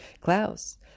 Klaus